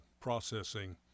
processing